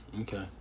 Okay